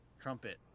Trumpet